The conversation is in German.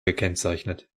gekennzeichnet